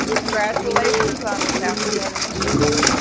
congratulations on the south standing achievement